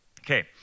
Okay